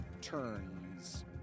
turns